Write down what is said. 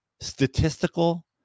statistical